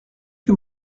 que